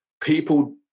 people